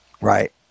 Right